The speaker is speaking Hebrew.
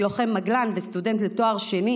לוחם מגלן וסטודנט לתואר שני,